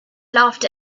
laughed